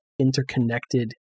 interconnected